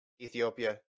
Ethiopia